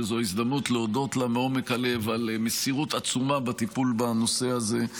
זאת הזדמנות להודות לה מעומק הלב על מסירות עצומה בטיפול בנושא הזה,